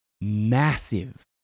massive